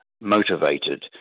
motivated